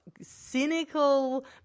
cynical